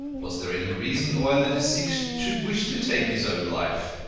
was there any reason why the deceased should wish to take his own life?